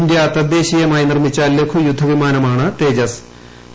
India തദ്ദേശീയമായി നിർമ്മിച്ചു ലഘു യുദ്ധവിമാനമാണ് തേജസ്റ്റ്